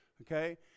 okay